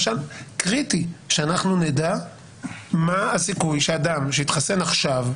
ממשרד המשפטים מיודענו עורך הדין עמית יוסוב עמיר